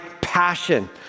passion